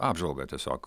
apžvalgą tiesiog